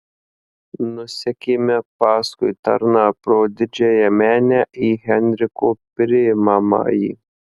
nusekėme paskui tarną pro didžiąją menę į henriko priimamąjį